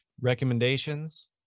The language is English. recommendations